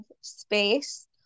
space